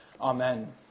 Amen